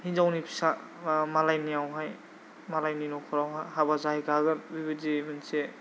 हिनजावनि फिसा मालायनियावहाय मालायनि न'खराव हाबा जाहैखागोन बिबादि मोनसे